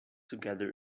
together